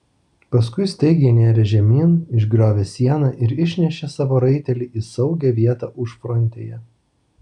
paskui staigiai nėrė žemyn išgriovė sieną ir išnešė savo raitelį į saugią vietą užfrontėje